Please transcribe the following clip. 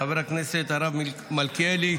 חברי הכנסת, נעבור לנושא הבא על סדר-היום,